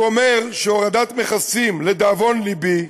הוא אומר "הורדת המכסים, לדאבון לבי,